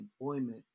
employment